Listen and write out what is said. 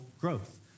growth